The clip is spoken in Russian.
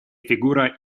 фигура